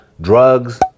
drugs